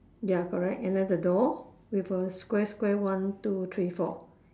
ya correct and then the door with a square square one two three four